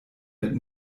mit